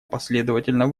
последовательно